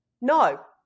No